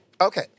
okay